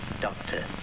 Doctor